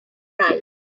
eyes